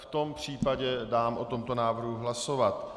V tom případě dám o tomto návrhu hlasovat.